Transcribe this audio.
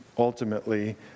ultimately